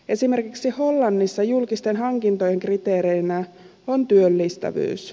esimerkiksi hollannissa julkisten hankintojen kriteerinä on työllistävyys